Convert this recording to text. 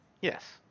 Yes